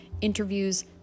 interviews